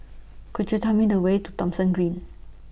Could YOU Tell Me The Way to Thomson Green